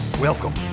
Welcome